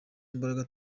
imbaraga